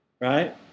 right